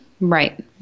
Right